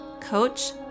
coach